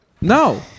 no